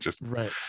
Right